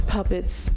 Puppets